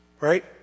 right